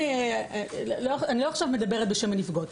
אני עכשיו לא מדברת בשם הנפגעות.